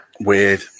Weird